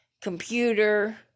computer